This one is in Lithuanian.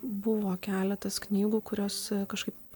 buvo keletas knygų kurios kažkaip